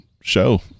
show